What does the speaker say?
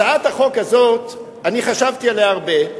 הצעת החוק הזאת, אני חשבתי עליה הרבה,